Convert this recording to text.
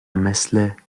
مثل